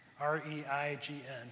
R-E-I-G-N